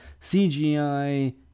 CGI